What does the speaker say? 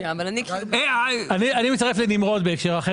אני מצטרף לנמרוד בהקשר אחר, רק באמירה אחת.